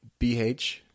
BH